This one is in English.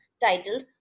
titled